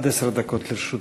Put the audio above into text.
עד עשר דקות לרשות